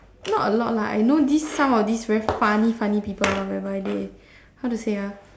not a lot lah I know these some of these very funny funny people whereby they how to say ah